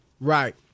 Right